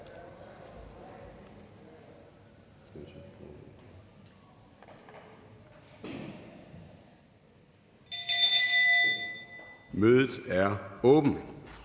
Mødet er åbnet.